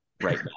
right